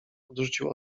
odrzucił